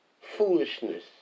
foolishness